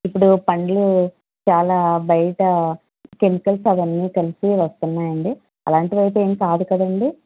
ఇప్పుడు పండ్లు చాలా బయట కెమికల్స్ అవన్నీ కలిసి వస్తన్నాయండి అలాంటివైతే ఏం కాదు కదండి